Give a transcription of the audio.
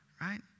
Right